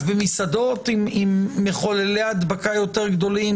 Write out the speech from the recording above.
במסעדות ששם מחוללי ההדבקה יותר גדולים,